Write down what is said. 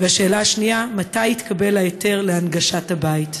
2. מתי יתקבל ההיתר להנגשת הבית?